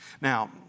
Now